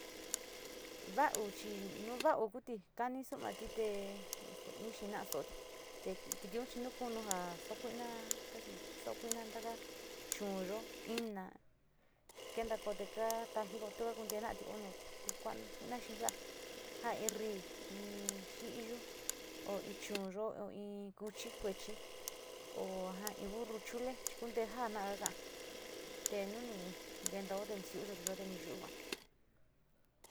Vauchi nuva'au kuti knixau tite este inxhinia xoti tendio chinukunja xokuina xhin xokuina ndanga chón yo'o iina'a kena konde ka'a kataninio kendakunen ndatio onuu kuan naxhixa ta iin nri nrii, iin xhiyu ho chón yo'ó ho iin yuchi kuei ho ajan iin burru chule chikunde njana ngajan tenuni kendote xhio yodoyo ndeniyuhua.